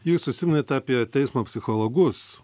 jūs užsiminėt apie teismo psichologus